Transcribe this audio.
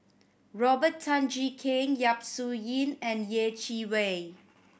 Robert Tan Jee Keng Yap Su Yin and Yeh Chi Wei